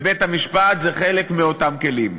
ובית-המשפט הוא חלק מאותם כלים.